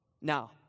Now